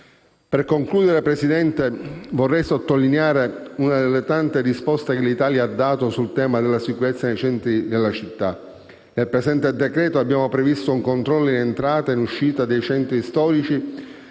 Per concludere, signora Presidente, vorrei sottolineare una delle tante risposte che l'Italia ha dato sul tema della sicurezza nei centri delle città. Nel presente decreto-legge abbiamo previsto un controllo in entrata ed in uscita dai centri storici